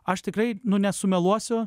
aš tikrai nu nesumeluosiu